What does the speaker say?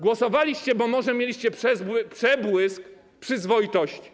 Głosowaliście, bo może mieliście przebłysk przyzwoitości.